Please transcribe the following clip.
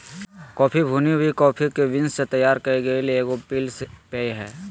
coffee भुनी हुई coffee beans से तैयार कइल गेल एगो पीसल पेय हइ